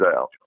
out